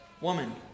Woman